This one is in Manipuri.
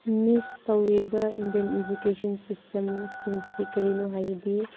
ꯃꯤꯁ ꯇꯧꯔꯤꯕ ꯏꯟꯗꯤꯌꯥꯟ ꯏꯖꯨꯀꯦꯁꯟ ꯁꯤꯁꯇꯦꯝꯁꯤꯡꯁꯤ ꯀꯔꯤꯅꯣ ꯍꯥꯏꯔꯗꯤ